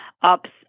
ups